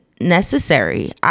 necessary